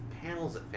panels